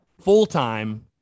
full-time